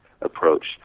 approach